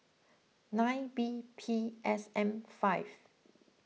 nine B P S M five